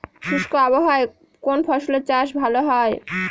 শুষ্ক আবহাওয়ায় কোন ফসলের চাষ ভালো হয়?